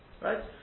Right